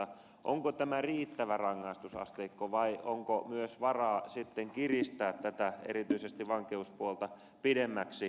onko tämä riittävä rangaistusasteikko vai onko myös varaa sitten kiristää tätä erityisesti vankeuspuolta pidemmäksi